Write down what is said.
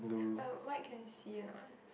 but white can see or not